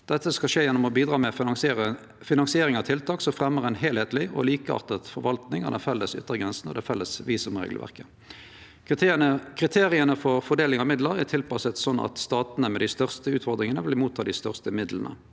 Dette skal skje gjennom å bidra med finansiering av tiltak som fremjar ei heilskapleg og likearta forvaltning av den felles yttergrensa og det felles visumregelverket. Kriteria for fordeling av midlar er tilpassa sånn at statane med dei største utfordringane vil få dei største midlane.